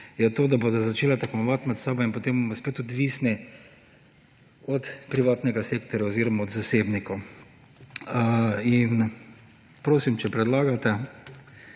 je to, da bodo začele tekmovati med sabo in potem bomo spet odvisni od privatnega sektorja oziroma od zasebnikov. Prosim, če amandma